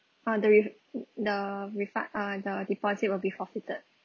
or the re~ the refund err the deposit will be forfeited